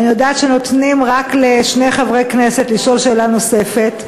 אני יודעת שנותנים רק לשני חברי כנסת לשאול שאלה נוספת,